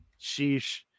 sheesh